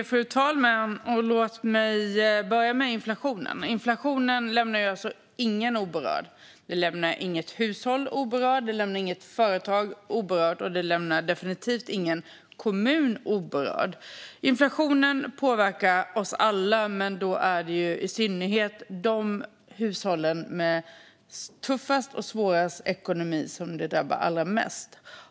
Fru talman! Låt mig börja med inflationen. Inflationen lämnar ingen oberörd. Den lämnar inget hushåll oberört, den lämnar inget företag oberört och den lämnar definitivt inte någon kommun oberörd. Inflationen påverkar oss alla, och allra mest drabbar den hushållen med tuffast och svårast ekonomi.